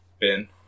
Ben